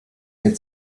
der